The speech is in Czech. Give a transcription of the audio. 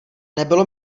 nebylo